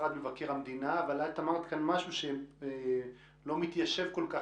אבל אמרת כאן משהו שלא מתיישב כל כך